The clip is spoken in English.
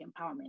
empowerment